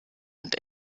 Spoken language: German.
und